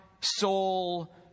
soul